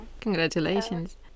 Congratulations